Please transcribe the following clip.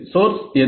source எது